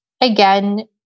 again